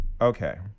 okay